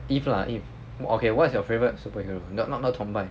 if lah if okay what's your favourite superhero not not not 崇拜